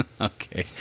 Okay